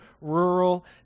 rural